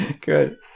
good